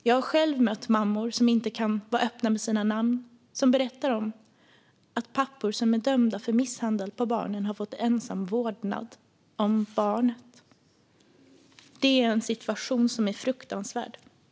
Jag har själv mött mammor som inte kan vara öppna med sina namn som berättar att pappor som är dömda för misshandel av barnen har fått ensam vårdnad om barnen. Det är en situation som är fruktansvärd.